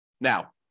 Now